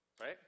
Right